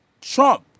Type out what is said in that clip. Trump